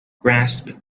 grasp